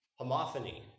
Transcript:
homophony